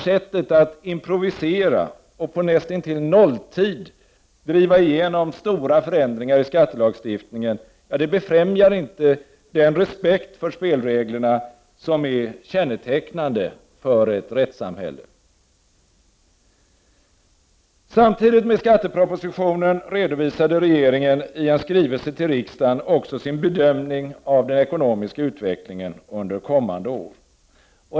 Sättet att improvisera och på näst intill nolltid driva igenom stora förändringar i skattelagstiftningen befrämjar inte den respekt för spelreglerna som är kännetecknande för ett rättssamhälle. Samtidigt med skattepropositionen redovisade regeringen i en skrivelse till riksdagen också sin bedömning av den ekonomiska utvecklingen under kommande år.